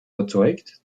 überzeugt